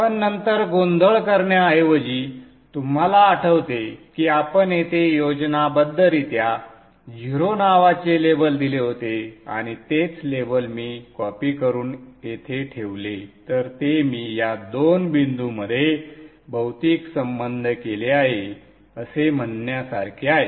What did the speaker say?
पण नंतर गोंधळ करण्याऐवजी तुम्हाला आठवते की आपण येथे योजनाबद्धरित्या 0 नावाचे लेबल दिले होते आणि तेच लेबल मी कॉपी करून येथे ठेवले तर ते मी या दोन बिंदूंमध्ये भौतिक संबंध केले आहे असे म्हणण्यासारखे आहे